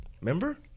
Remember